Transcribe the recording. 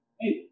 hey